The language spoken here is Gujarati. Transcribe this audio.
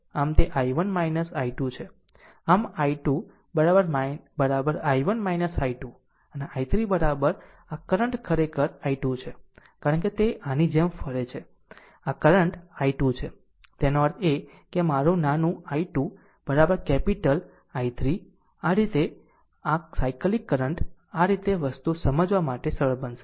આમ તે I1 I2 છે આ I2 I1 I2 અને I3 આ કરંટ ખરેખર I2 છે કારણ કે તે આની જેમ ફરે છે આ ખરેખર I2 છે તેનો અર્થ એ કે મારું નાનું I2 કેપીટલ I3 આ રીતે આ સાયકલીક કરંટ આ રીતે વસ્તુઓ સમજવા માટે સરળ બનશે